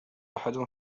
أحد